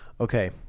Okay